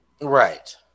right